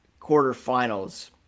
quarterfinals